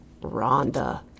Rhonda